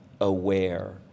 aware